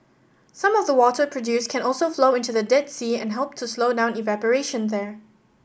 some of the water produced can also flow into the Dead Sea and help to slow down evaporation there